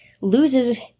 loses